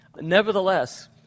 Nevertheless